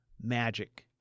magic